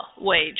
Wage